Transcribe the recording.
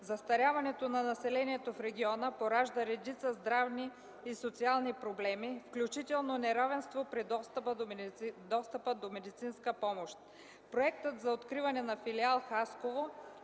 Състаряването на населението в региона поражда редица здравни и социални проблеми, включително неравенство при достъпа до медицинска помощ.